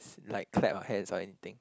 like clap our hands or anything